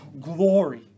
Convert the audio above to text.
Glory